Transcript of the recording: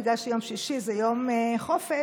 בגלל שיום שישי זה יום חופש,